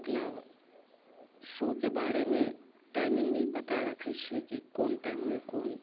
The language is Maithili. मतलब शोके बारेमे टाइमिङ्ग भी पता रखैत छियै कि कोन टाइममे कोन